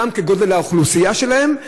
גם כגודל האוכלוסייה שלהם,